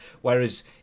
Whereas